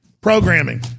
programming